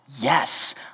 Yes